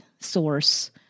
source